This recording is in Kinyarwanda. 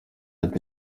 ati